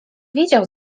wiedział